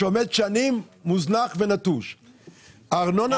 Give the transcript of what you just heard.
שעומד מוזנח ונטוש מזה שנים.